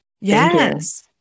Yes